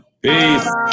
Peace